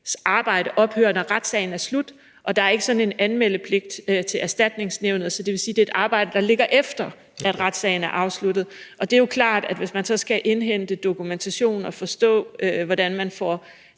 arbejde ophører, når retssagen er slut, og der er ikke sådan en anmeldepligt til Erstatningsnævnet. Så det vil sige, at det er et arbejde, der ligger, efter at retssagen er afsluttet, og det er jo klart, at det, hvis man så skal indhente dokumentation og forstå, hvordan man får